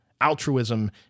Altruism